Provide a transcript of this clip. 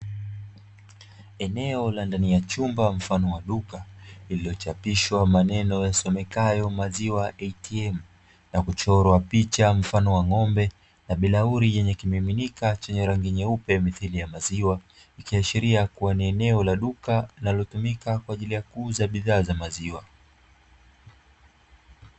Eneo la ndani ya chumba mfano wa duka, lililochapishwa maneno yasomekayo maziwa ATM. Na kuchorwa picha mfano wa ng’ombe na birauli yenye kimiminika chenye rangi nyeupe mithili ya maziwa. Ikiashiria kuwa ni eneo ka duka linalotumika kwa ajili ya kuuza bidhaa za maziwa.